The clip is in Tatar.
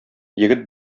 егет